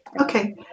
Okay